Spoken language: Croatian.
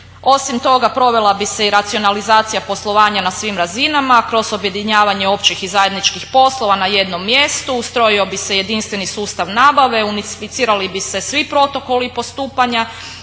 Osim toga provela bi se i racionalizacija poslovanja na svim razinama kroz objedinjavanje općih i zajedničkih poslova na jednom mjestu, ustrojio bi se jedinstveni sustav nabave, unificirali bi se svi protokoli i postupanja,